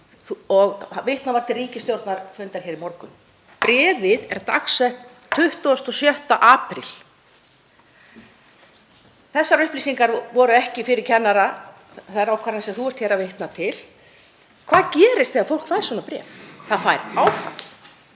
og vitnað var til ríkisstjórnarfundar í morgun. Bréfið er dagsett 26. apríl. Þessar upplýsingar voru ekki fyrir kennara, þær ákvarðanir sem þú ert að vitna til. Hvað gerist þegar fólk fær svona bréf? Það fær áfall.